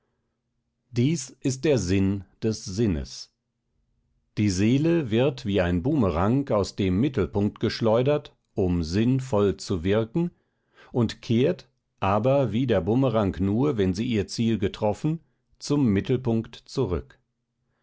dies ist der sinn des sinnes die seele wird wie ein bumerang aus dem mittelpunkt geschleudert um sinn voll zu wirken und kehrt aber wie der bumerang nur wenn sie ihr ziel getroffen zum mittelpunkt zurück